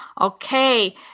okay